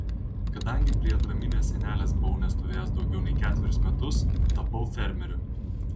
kadangi prie atraminės sienelės buvau nestovėjęs daugiau nei ketverius metus tapau fermeriu